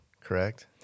correct